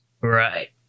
right